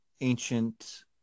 ancient